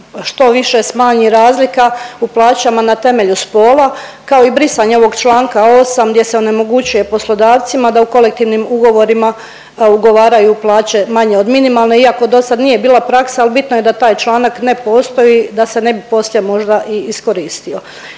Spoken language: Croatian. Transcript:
što više smanji razlika u plaćama na temelju spola, kao i brisanje ovog čl. 8. gdje se onemogućuje poslodavcima da u kolektivnim ugovorima ugovaraju plaće manje od minimalne, iako do sad nije bila praksa, al bitno je da taj članak ne postoji da se ne bi poslije možda i iskoristio.